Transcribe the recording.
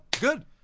good